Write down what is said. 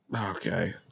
okay